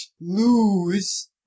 lose